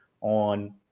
on